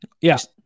Yes